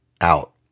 out